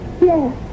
yes